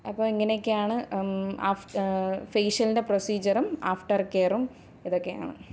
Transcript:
അപ്പോൾ ഇങ്ങനെയൊക്കെയാണ് ഫേഷ്യലിൻ്റെ പ്രൊസീജ്യറും ആഫ്റ്റർ കെയറും ഇതൊക്കെയാണ്